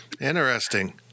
Interesting